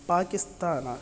Pakistan